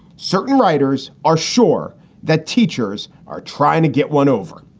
certain writers are sure that teachers are trying to get one over.